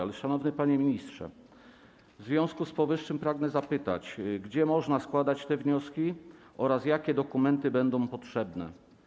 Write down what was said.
Ale, szanowny panie ministrze, w związku z powyższym pragnę zapytać: Gdzie można składać te wnioski oraz jakie dokumenty będą potrzebne?